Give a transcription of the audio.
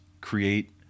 create